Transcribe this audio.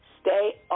Stay